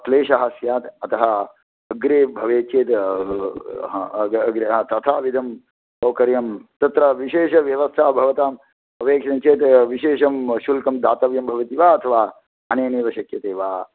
क्लेशः स्यात् अतः अग्रे भवेत् चेद् हा अग्रे अग्रे तथाविधं सौकर्यं तत्र विशेषव्यवस्था भवताम् अपेक्षितं चेत् विशेषं शुल्कं दातव्यं भवति वा अथवा अनेनैव शक्यते वा